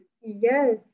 Yes